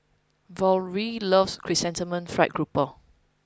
Valorie loves Chrysanthemum Fried Grouper